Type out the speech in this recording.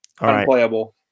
Unplayable